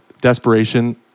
Desperation